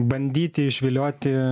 bandyti išvilioti